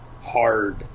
hard